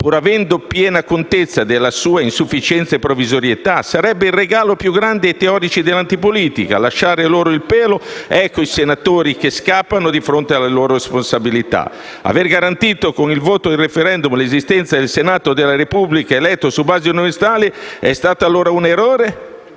pur avendo piena contezza della sua insufficienza e provvisorietà? Sarebbe il regalo più grande ai teorici dell'antipolitica. Lisciar loro il pelo: ecco i senatori che scappano di fronte alle loro responsabilità. Aver garantito con il voto del *referendum* l'esistenza del Senato della Repubblica, eletto su basi universali, è stato allora un errore?